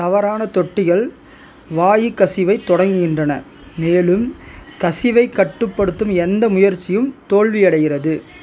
தவறான தொட்டிகள் வாயு கசிவை தொடங்குகின்றன மேலும் கசிவை கட்டுப்படுத்தும் எந்த முயற்சியும் தோல்வியடைகிறது